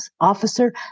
officer